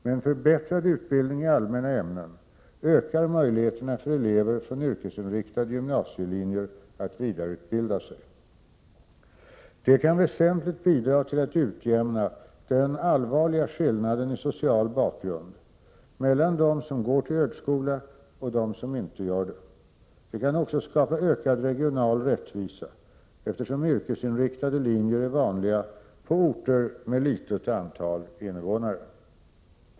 Med en förbättrad utbildning i allmänna ämnen ökar möjligheterna för elever från yrkesinriktade gymnasielinjer att vidareutbilda sig. Detta kan väsentligt bidra till att utjämna den allvarliga skillnaden i social bakgrund mellan dem som går till högskola och dem som inte gör det. Det kan också skapa ökad regional rättvisa, eftersom yrkesinriktade linjer är vanliga på orter med litet antal invånare.